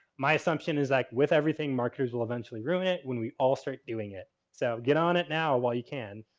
my assumption is like with everything marketers will eventually ruin it when we all start doing it. so, get on it now while you can.